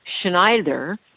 Schneider